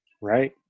right